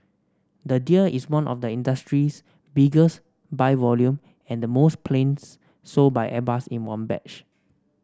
the deal is one of the industry's biggest by volume and the most planes sold by Airbus in one batch